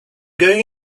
going